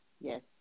Yes